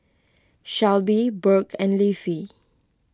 Shelbi Burk and Leafy